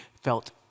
felt